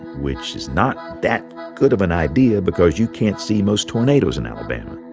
which is not that good of an idea because you can't see most tornadoes in alabama